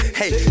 hey